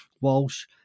Walsh